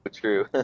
true